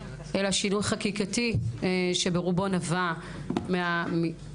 אלא שינוי חקיקתי שברובו נבע מחד,